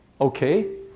Okay